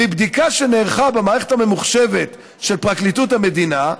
מבדיקה שנערכה במערכת הממוחשבת של פרקליטות המדינה,